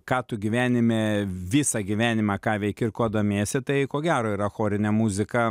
ką tu gyvenime visą gyvenimą ką veiki ir kuo domiesi tai ko gero yra chorinė muzika